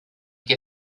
que